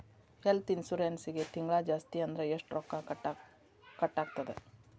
ಹೆಲ್ತ್ಇನ್ಸುರೆನ್ಸಿಗೆ ತಿಂಗ್ಳಾ ಜಾಸ್ತಿ ಅಂದ್ರ ಎಷ್ಟ್ ರೊಕ್ಕಾ ಕಟಾಗ್ತದ?